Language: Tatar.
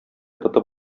тотып